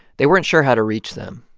they weren't sure how to reach them.